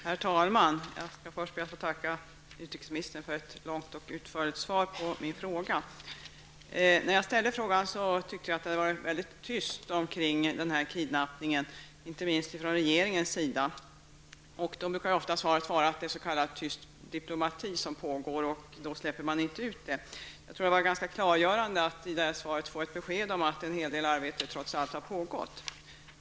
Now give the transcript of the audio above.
Herr talman! Jag vill först tacka utrikesministern för ett långt och utförligt svar på min fråga. När jag ställde frågan tyckte jag att det hade varit väldigt tyst angående den här kidnappningen -- inte minst ifrån regeringens sida. Svaret brukar ofta vara att tyst diplomati pågår, och under den tiden släpper man inte ut någon information. Jag tror att det var ganska klargörande, när vi nu fick beskedet, att en hel del arbete trots allt har pågått.